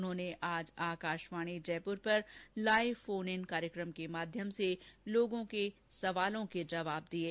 उन्होंने आज आकाशवाणी जयपुर पर लाईव फोन इन कार्यक्रम के माध्यम से लोगों के सवालों के जवाब दिये